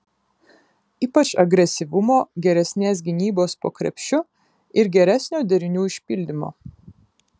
ypač agresyvumo geresnės gynybos po krepšiu ir geresnio derinių išpildymo